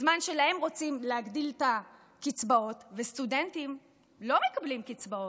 בזמן שלהם רוצים להגדיל את הקצבאות וסטודנטים לא מקבלים קצבאות,